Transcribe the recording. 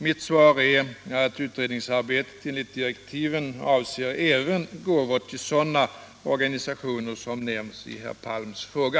Mitt svar är att utredningsarbetet enligt direktiven avser även gåvor till sådana organisationer som nämns i herr Palms fråga.